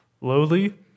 lowly